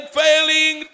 failing